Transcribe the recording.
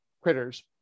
critters